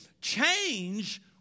change